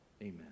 Amen